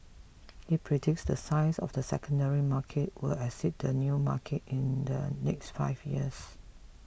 he predicts the size of the secondary market will exceed the new market in the next five years